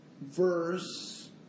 Verse